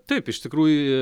taip iš tikrųjų